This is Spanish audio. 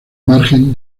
margen